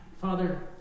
Father